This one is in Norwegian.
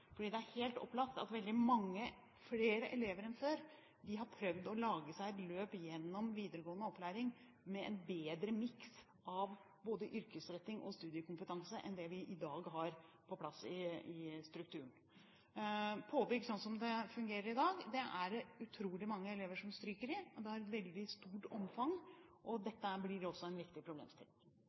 Det er helt opplagt at veldig mange flere elever enn før har prøvd å lage seg et løp gjennom videregående opplæring med en bedre miks av både yrkesretting og studiekompetanse enn det vi i dag har på plass i strukturen. Påbygg, slik det fungerer i dag, er det utrolig mange elever som stryker i, og det har veldig stort omfang. Dette blir også en viktig problemstilling.